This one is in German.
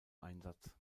einsatz